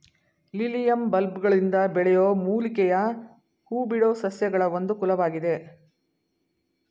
lilium ಬಲ್ಬ್ಗಳಿಂದ ಬೆಳೆಯೋ ಮೂಲಿಕೆಯ ಹೂಬಿಡೋ ಸಸ್ಯಗಳ ಒಂದು ಕುಲವಾಗಿದೆ